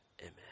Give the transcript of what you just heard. amen